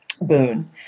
boon